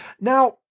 Now